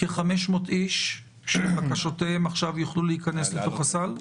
-- כ-500 איש שבקשותיכם יוכלו עכשיו להיכנס לתוך הסל.